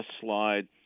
slide